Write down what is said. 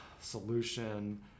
solution